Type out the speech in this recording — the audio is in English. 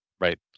Right